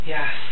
Yes